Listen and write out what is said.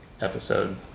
episode